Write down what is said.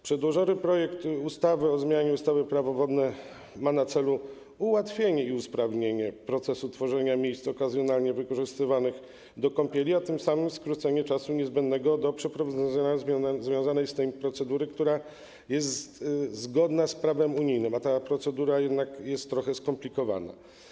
Przedłożony projekt ustawy o zmianie ustawy - Prawo wodne ma na celu ułatwienie i usprawnienie procesu tworzenia miejsc okazjonalnie wykorzystywanych do kąpieli, a tym samym skrócenie czasu niezbędnego do przeprowadzenia związanej z tym procedury, która winna być zgodna z prawem unijnym, a jest jednak trochę skomplikowana.